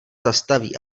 zastaví